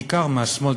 בעיקר מהשמאל,